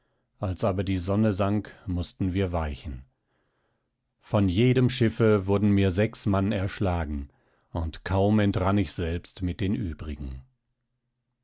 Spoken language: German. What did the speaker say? als aber die sonne sank mußten wir weichen von jedem schiffe wurden mir sechs mann erschlagen und kaum entrann ich selbst mit den übrigen